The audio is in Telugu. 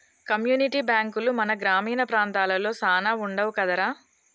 కమ్యూనిటీ బాంకులు మన గ్రామీణ ప్రాంతాలలో సాన వుండవు కదరా